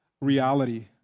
reality